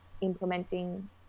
implementing